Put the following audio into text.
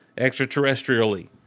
extraterrestrially